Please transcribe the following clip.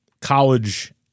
college